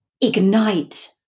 ignite